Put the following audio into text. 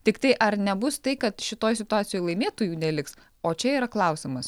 tiktai ar nebus tai kad šitoj situacijoj laimėtojų neliks o čia yra klausiamas